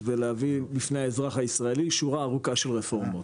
ובפני האזרח הישראלי שורה ארוכה של רפורמות.